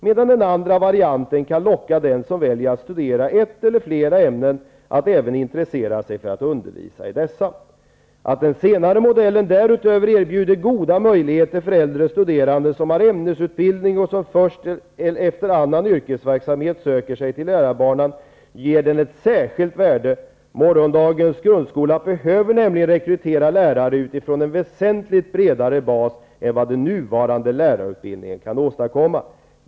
Medan den andra varianten kan locka den som väljer att studera ett eller flera ämnen att även intressera sig för att undervisa i dessa. Att den senare modellen därutöver erbjuder goda möjligheter för äldre studerande som har ämnesutbildning och som först efter annan yrkesverksamhet söker sig till lärarbanan, ger den ett särskilt värde. Morgondagens grundskola behöver nämligen rekrytera lärare utifrån en väsentligt bredare bas än vad den nuvarande lärarutbildningen kan åstadkomma.